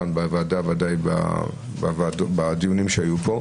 פה בוועדה ודאי בדיונים שהיו פה.